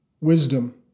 wisdom